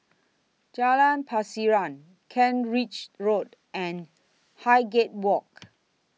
Jalan Pasiran Kent Ridge Road and Highgate Walk